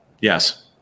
Yes